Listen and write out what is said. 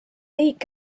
riik